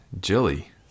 Jilly